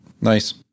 Nice